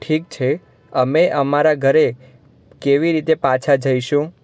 ઠીક છે અમે અમારા ઘરે કેવી રીતે પાછા જઈશું